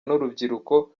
n’urubyiruko